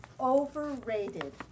overrated